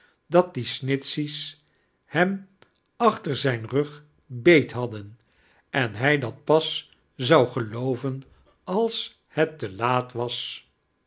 dat die snitchey's hem achter zijn rug beet hadden en hij dat pas zou gelooven als het te laat was